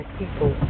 people